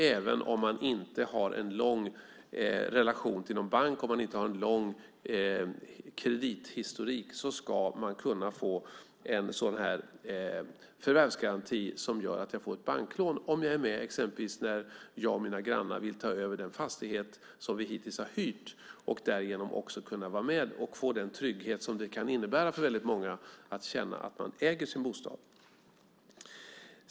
Även om man inte har en lång relation till någon bank eller har lång kredithistorik ska man kunna få en förvärvsgaranti. Det gör att jag får ett banklån om jag är med exempelvis när jag och mina grannar vill ta över den fastighet som vi hittills har hyrt. Därigenom kan jag också vara med och få den trygghet som det kan innebära för väldigt många att känna att man äger sin bostad.